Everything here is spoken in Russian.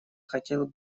хотел